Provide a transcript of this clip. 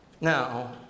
Now